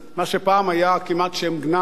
מה שפעם היה כמעט שם גנאי,